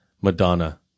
Madonna